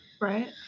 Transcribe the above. Right